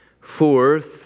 Fourth